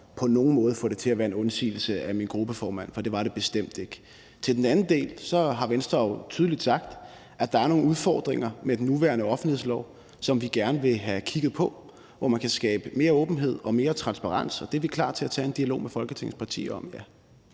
på nogen måde at få det til at være en undsigelse af min gruppeformand, for det var det bestemt ikke. Hvad angår den anden del, har Venstre jo tydeligt sagt, at der er nogle udfordringer i den nuværende offentlighedslov, som vi gerne vil kigge på, og hvor man kan skabe mere åbenhed og transparens, og det er vi klar til at tage en dialog med Folketingets partier om.